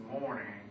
morning